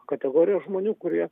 kategorija žmonių kurie